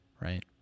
Right